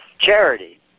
charity